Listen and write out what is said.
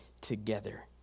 together